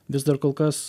vis dar kol kas